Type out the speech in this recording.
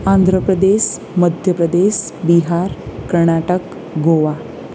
Andhra Pradesh Madhya Pradesh Bihar Karnataka Goa